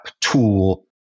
tool